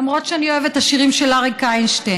למרות שאני אוהבת את השירים של אריק איינשטיין.